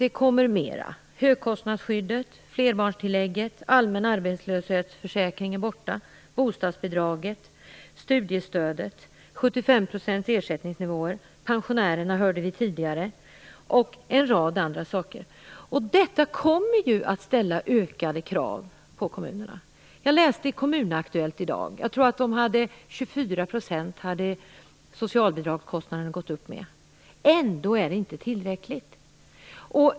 Det handlar om högkostnadsskyddet, flerbarnstillägget, den allmänna arbetslöshetsförsäkringen, bostadsbidraget, studiestödet, ersättningsnivåer på 75 %, pensionärerna och en rad andra saker. Detta kommer att ställa ökade krav på kommunerna. Jag läste i Kommunaktuellt i dag, och jag tror att socialbidragskostnaderna hade gått upp med 24 %. Det är ändå inte tillräckligt.